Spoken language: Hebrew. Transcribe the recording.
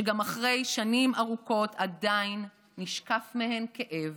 שגם אחרי שנים ארוכות עדיין נשקף מהן כאב,